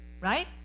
right